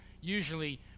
usually